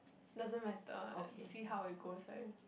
doesn't matter lah see how it goes right